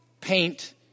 paint